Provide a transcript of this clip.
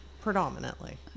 predominantly